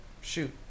shoot